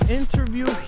interview